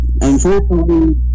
Unfortunately